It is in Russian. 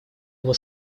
его